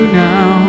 now